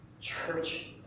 Church